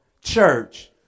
church